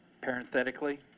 Parenthetically